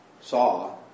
saw